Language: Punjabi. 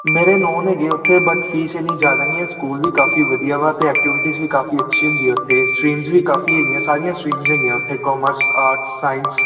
ਮੇਰੇ ਨੌਨ ਹੈਗੇ ਉੱਥੇ ਬਟ ਫੀਸ ਇੰਨੀ ਜ਼ਿਆਦਾ ਨਹੀਂ ਹੈ ਸਕੂਲ ਵੀ ਕਾਫੀ ਵਧੀਆ ਵਾ ਅਤੇ ਐਕਟੀਵਿਟੀਜ਼ ਵੀ ਕਾਫੀ ਅੱਛੀ ਹੁੰਦੀ ਆ ਉੱਥੇ ਸਟਰੀਮਸ ਵੀ ਕਾਫੀ ਹੈਗੀਆਂ ਸਾਰੀਆਂ ਸਟਰੀਮਸ ਹੈਗੀਆਂ ਉੱਥੇ ਕੋਮਰਸ ਆਰਟਸ ਸਾਇੰਸ